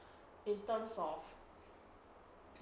in terms of